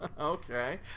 Okay